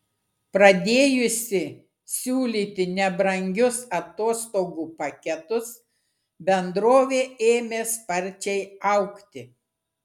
pradėjusi siūlyti nebrangius atostogų paketus bendrovė ėmė sparčiai augti